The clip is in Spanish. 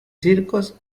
circos